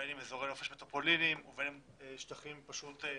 בין אם אזורי נופש מטרופוליניים ובין אם שטחי בר פתוחים.